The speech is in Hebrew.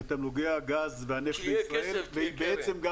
לתמלוגי הגז והנפט בישראל, והיא בעצם גם